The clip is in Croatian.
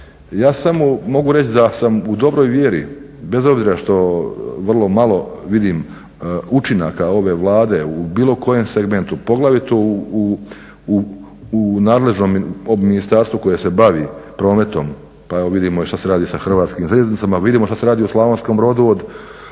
Ja samo mogu reći da sam u dobroj vjeri bez obzira što vrlo malo vidim učinaka ove Vlade u bilo kojem segmentu poglavito u nadležnom ministarstvu koje se bavi prometom pa evo vidimo što se radi i sa Hrvatskim željeznicama, vidimo što se radi u Slavonskom Brodu od